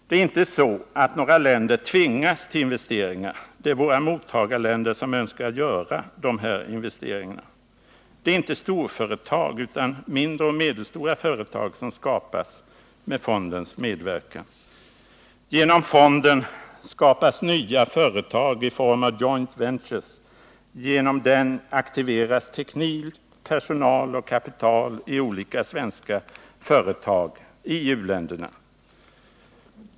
Det är inte så att några länder tvingas till investeringar — det är våra mottagarländer som önskar göra dessa investeringar. Det är inte storföretag utan mindre och medelstora företag som skapas med fondens medverkan. Genom fonden skapas nya företag i form av joint ventures, genom den aktiveras teknik, personal och kapital i olika svenska företag i u-länderna.